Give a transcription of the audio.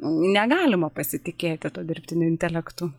negalima pasitikėti tuo dirbtiniu intelektu